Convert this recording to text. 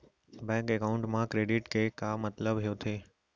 Bank account मा credit के का मतलब होथे?